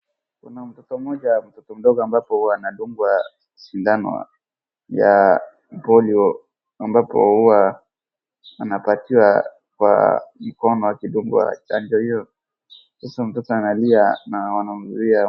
Kuna mtoto mmoja, mtoto mdogo ambapo anadungwa sindano ya Polio ambapo huwa anapatiwa kwa mkono akidungwa chanjo hiyo. Sasa mtoto analia na wanamzuia.